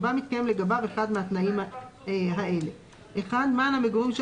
שבה מתקיים לגביו אחד מהתנאים האלה: מען המגורים של